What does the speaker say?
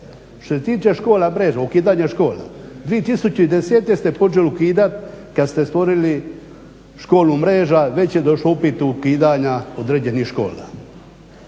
Što se tiče škole, ukidanje škola. 2010. ste počeli ukidati kad ste stvorili školu mrežu. Već je došao upit ukidanja određenih škola.